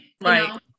right